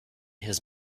his